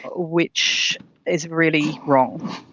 which is really wrong.